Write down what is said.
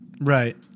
Right